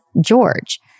George